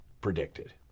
predicted